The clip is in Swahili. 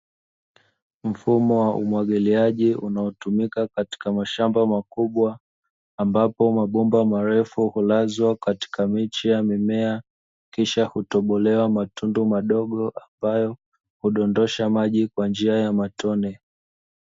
Mfumo wa umwagiliaji unaotumika katika mashamba makubwa, ambapo mabomba marefu hulazwa katika miche ya mimea kisha hutobolewa matundu madogo ambayo hudondosha maji kwa njia ya matone.